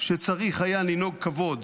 שצריך היה לנהוג כבוד